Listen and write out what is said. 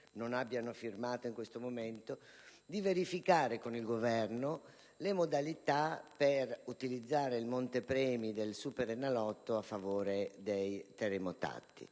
non l'hanno firmata in questo momento) di verificare con il Governo le modalità per utilizzare il montepremi del Superenalotto a favore dei terremotati.